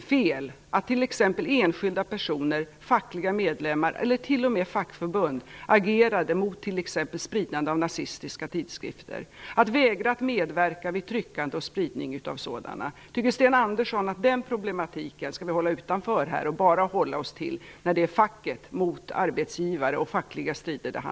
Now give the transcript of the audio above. fel att t.ex. enskilda personer, fackliga medlemmar, eller t.o.m. fackförbund agerade mot t.ex. spridande av nazistiska tidskrifter, vägrade att medverka vid tryckande och spridning av sådana. Tycker Sten Andersson att vi skall hålla den problematiken utanför och bara hålla oss till facket mot arbetsgivare och fackliga strider?